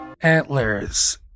antlers